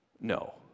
No